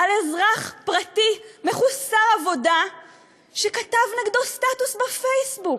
על אזרח פרטי מחוסר עבודה שכתב נגדו סטטוס בפייסבוק,